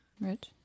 Rich